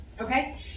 okay